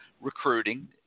recruiting